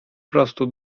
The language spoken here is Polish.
prostu